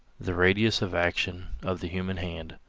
the radius of action of the human hand.